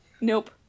nope